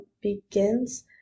begins